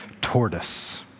tortoise